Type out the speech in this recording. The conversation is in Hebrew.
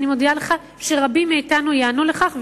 אני מודיעה לך שרבים מאתנו ייענו לכך.